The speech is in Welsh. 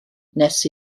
nes